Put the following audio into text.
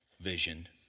vision